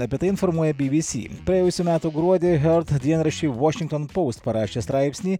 apie tai informuoja bi bi si praėjusių metų gruodį hiord dienraščiui vašington post parašė straipsnį